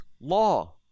law